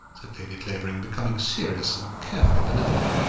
said lady clavering, becoming serious and carefully benevolent.